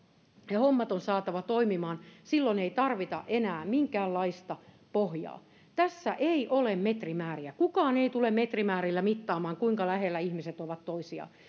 ja hommat on saatava toimimaan silloin ei tarvita enää minkäänlaista pohjaa tässä ei ole metrimääriä kukaan ei tule metrimäärillä mittaamaan kuinka lähellä ihmiset ovat toisiaan